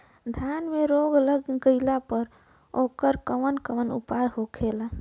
धान में रोग लग गईला पर उकर कवन कवन उपाय होखेला?